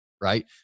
right